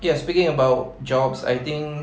yes speaking about jobs I think